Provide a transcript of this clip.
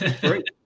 Great